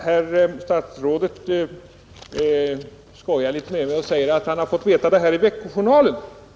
Herr statsrådet skojar med mig och säger att jag har fått veta detta i Vecko Journalen.